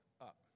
up